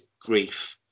grief